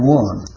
one